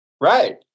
Right